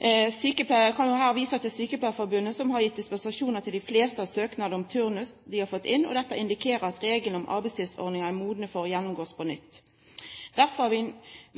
her vise til Sykepleierforbundet, som har gitt dispensasjoner til de fleste av søknadene om turnus som de har fått inn, og dette indikerer at regelen om arbeidstidsordningene er modne for å gjennomgås på nytt. Derfor er